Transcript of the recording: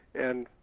and